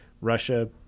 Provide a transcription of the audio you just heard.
Russia